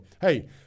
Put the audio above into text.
hey